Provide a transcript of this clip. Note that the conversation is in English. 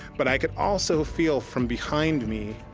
but i could also feel from behind me,